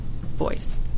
voice